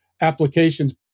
applications